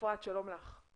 אפרת, שלום לך.